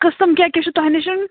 قٕسٕم کیٛاہ کیٛاہ چھِ تۄہہِ نِش